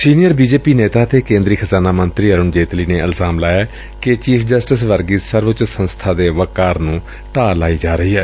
senior B J P ਨੇਤਾ ਅਤੇ ਕੇਂਦਰੀ ਖਜ਼ਾਨਾ ਮੰਤਰੀ ਅਰੁਣ ਜੇਤਲੀ ਨੇ ਇਲਜ਼ਾਮ ਲਾਇਐ ਕਿ ਚੀਫ਼ ਜਸਟਿਸ ਵਰਗੀ ਸਰਵਉੱਚ ਸੰਸਬਾ ਦੇ ਵੱਕਾਰ ਨੂੰ ਢਾਹ ਲਈ ਜਾ ਰਹੀ ਏ